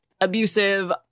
abusive